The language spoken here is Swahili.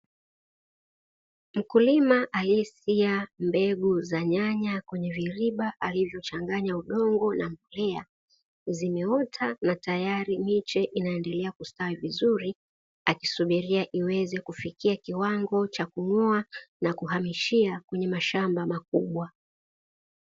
Mkulima aliyesia mbegu za nyanya kwenye viriba alivyochanganya udongo na mbolea, zimeota na tayari miche inaendelea kustawi vizuri akisubiria iweze kufikia kiwango cha kung'oa na kuhamishia kwenye mashamba makubwa.